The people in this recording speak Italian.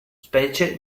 specie